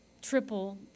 triple